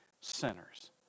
sinners